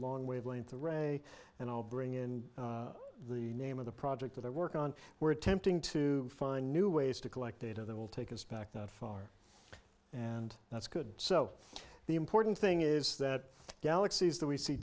long wavelength the re and i'll bring in the name of the project that i work on we're attempting to find new ways to collect data that will take us back that far and that's good so the important thing is that galaxies that we see